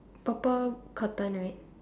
purple curtain right